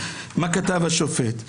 מה כתב השופט.